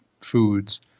foods